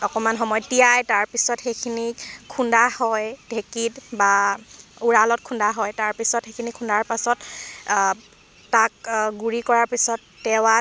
অকণমান সময় তিয়াই তাৰ পিছত সেইখিনিক খুন্দা হয় ঢেঁকীত বা উড়ালত খুন্দা হয় তাৰ পিছত সেইখিনি খুন্দাৰ পাছত তাক গুৰি কৰাৰ পিছত টেৱাত